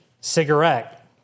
cigarette